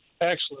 excellent